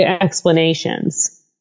explanations